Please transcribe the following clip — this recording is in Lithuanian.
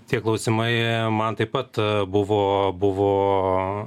tie klausimai man taip pat buvo buvo